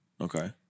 Okay